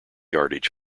yardage